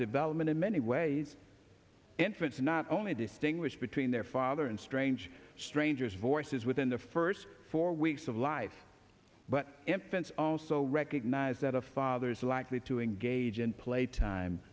development in many ways entrants not only distinguish between their father and strange strangers voices within the first four weeks of life but impotence also recognize that a father's likely to engage in playtime